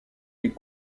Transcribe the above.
les